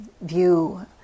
view